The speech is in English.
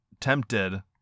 tempted